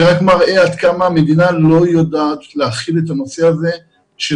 זה רק מראה עד כמה המדינה לא יודעת להכיל את הנושא הזה של